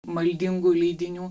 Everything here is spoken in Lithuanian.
maldingų leidinių